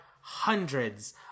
hundreds